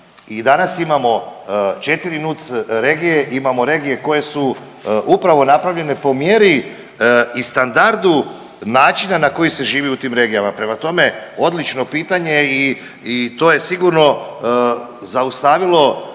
danas imamo 4 NUTS regije, imamo regije koje su upravo napravljene po mjeri i standardu načina na koji se živi u tim regijama. Prema tome, odlično pitanje i to je sigurno zaustavilo